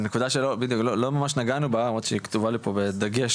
זה נקודה שלא ממש נגענו בה למרות שהיא כתובה לי פה בדגש,